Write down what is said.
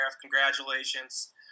Congratulations